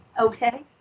okay